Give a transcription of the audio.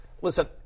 listen